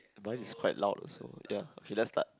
mine is quite loud also ya okay let's start